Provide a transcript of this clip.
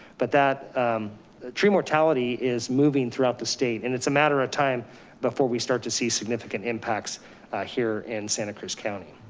but that tree mortality is moving throughout the state. and it's a matter of time before we start to see significant impacts here in santa cruz county.